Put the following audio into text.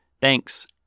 Thanks